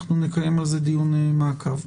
אנחנו נקיים על זה דיון מעקב.